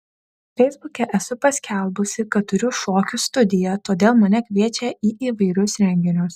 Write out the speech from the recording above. feisbuke esu paskelbusi kad turiu šokių studiją todėl mane kviečia į įvairius renginius